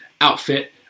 outfit